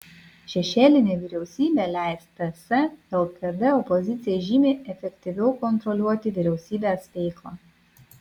šešėlinė vyriausybė leis ts lkd opozicijai žymiai efektyviau kontroliuoti vyriausybės veiklą